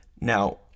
Now